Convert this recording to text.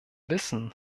wissen